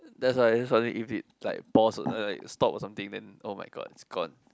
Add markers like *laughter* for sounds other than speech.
that's why that's why is it like pause *noise* or stop or something oh my god it's gone